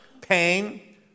pain